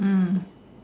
mm